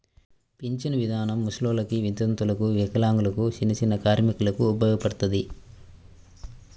పింఛను ఇదానం ముసలోల్లకి, వితంతువులకు, వికలాంగులకు, చిన్నచిన్న కార్మికులకు ఉపయోగపడతది